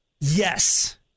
Yes